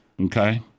okay